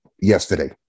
yesterday